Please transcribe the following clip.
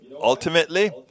ultimately